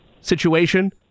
situation